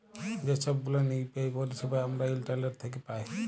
যে ছব গুলান ইউ.পি.আই পারিছেবা আমরা ইন্টারলেট থ্যাকে পায়